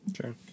sure